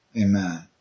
Amen